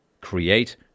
create